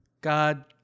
God